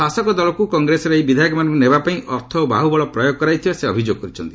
ଶାସକ ଦଳକୁ କଂଗ୍ରେସର ଏହି ବିଧାୟକମାନଙ୍କ ନେବାପାଇଁ ଅର୍ଥ ଓ ବାହ୍ରବଳ ପ୍ରୟୋଗ କରାଯାଇଥିବା ସେ ଅଭିଯୋଗ କରିଛନ୍ତି